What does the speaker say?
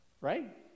right